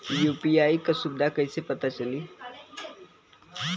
UPI क सुविधा कैसे पता चली?